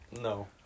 No